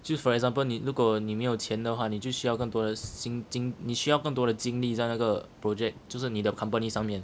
就是 for example 你如果你没有钱的话你就需要更多的新经你需要更多的经历在那个 project 就是你的 company 上面